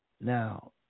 Now